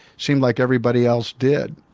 seemed like everybody else did.